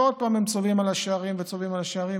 ועוד פעם הם צובאים על השערים וצובאים על השערים,